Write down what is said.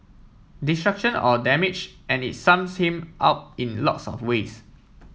destruction or damage and it sums him up in lots of ways